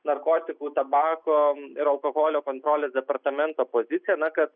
narkotikų tabako ir alkoholio kontrolės departamento poūicija na kad